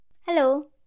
Hello